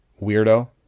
weirdo